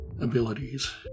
abilities